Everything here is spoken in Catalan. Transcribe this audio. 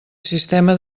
sistema